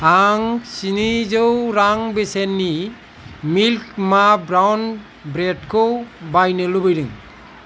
आं स्निजौ रां बेसेननि मिल्क मा ब्राउन ब्रेड खौ बायनो लुबैदों